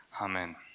Amen